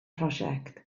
prosiect